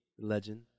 legend